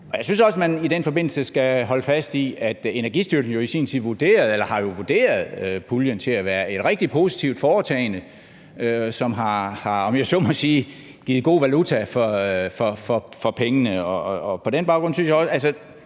Jeg synes også, at man i den forbindelse skal holde fast i, at Energistyrelsen jo har vurderet puljen til at være et rigtig positivt foretagende, som har, om jeg så må sige, givet god valuta for pengene. Og når fremskrivningen